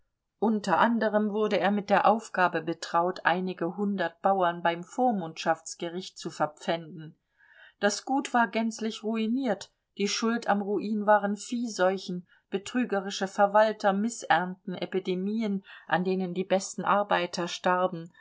unter anderem wurde er mit der aufgabe betraut einige hundert bauern beim vormundschaftsgericht zu verpfänden das gut war gänzlich ruiniert die schuld am ruin waren viehseuchen betrügerische verwalter mißernten epidemien an denen die besten arbeiter starben